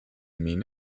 mean